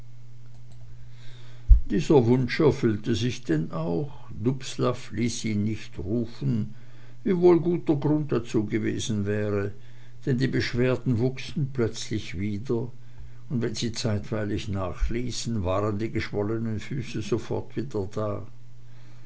dieser wunsch erfüllte sich denn auch dubslav ließ ihn nicht rufen wiewohl guter grund dazu gewesen wäre denn die beschwerden wuchsen plötzlich wieder und wenn sie zeitweilig nachließen waren die geschwollenen füße sofort wieder da